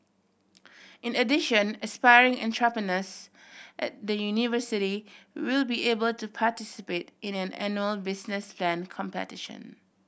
in addition aspiring entrepreneurs at the university will be able to participate in an annual business plan competition